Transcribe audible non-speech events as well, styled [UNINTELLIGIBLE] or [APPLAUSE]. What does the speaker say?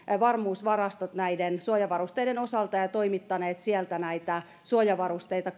varmuusvarastot näiden suojavarusteiden osalta ja toimittaneet sieltä näitä suojavarusteita [UNINTELLIGIBLE]